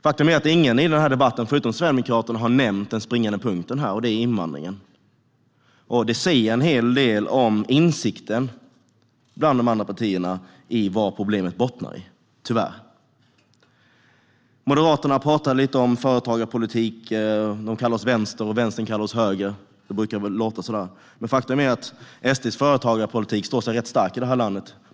Faktum är att ingen i denna debatt förutom Sverigedemokraterna har nämnt den springande punkten: invandringen. Detta säger tyvärr en hel del om insikten hos de andra partierna om vad problemet bottnar i. Moderaterna pratade lite om företagarpolitik. De kallar oss vänster, och Vänstern kallar oss höger. Så brukar det låta, men faktum är att SD:s företagarpolitik står sig rätt stark i det här landet.